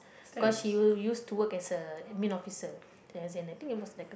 cause she will used to work as a admin officer it has in I think it was like a